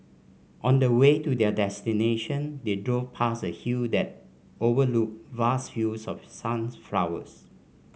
on the way to their destination they drove past a hill that overlooked vast fields of sunflowers